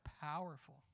powerful